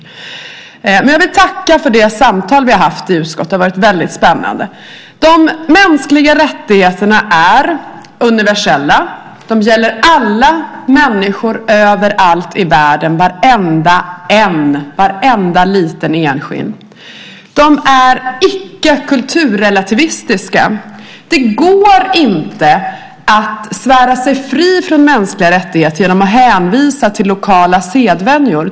Jag vill tacka för det samtal vi haft i utskottet. Det har varit väldigt spännande. De mänskliga rättigheterna är universella. De gäller alla människor överallt i världen - varenda en, varenda liten enskild. De är icke kulturrelativistiska. Det går inte att svära sig fri från mänskliga rättigheter genom att hänvisa till lokala sedvänjor.